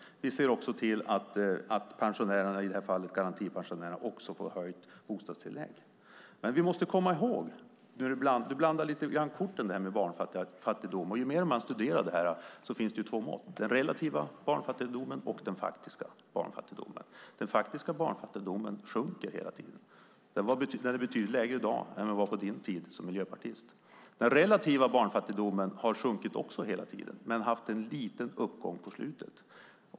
Vi ser också till att pensionärerna, i det här fallet garantipensionärerna, också får höjt bostadstillägg. Per Bolund blandar bort korten lite grann när han talar om barnfattigdom. När man studerar detta finner man att det finns två mått: den relativa och den faktiska barnfattigdomen. Den faktiska barnfattigdomen sjunker hela tiden. Den är betydligt lägre i dag än den var under den tid Miljöpartiet var stödparti åt regeringen. Den relativa barnfattigdomen har också sjunkit hela tiden men haft en liten uppgång på slutet.